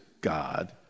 God